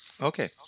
Okay